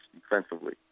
defensively